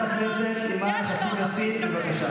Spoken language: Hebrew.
אבל שיהיה ברור, ילד שזורק אבן והורג הוא מחבל.